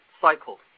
cycle